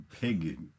pig